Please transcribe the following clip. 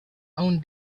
own